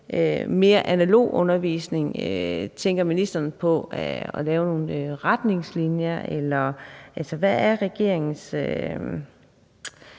mere analog undervisning? Tænker ministeren på at lave nogle retningslinjer, eller hvad er regeringens